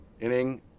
inning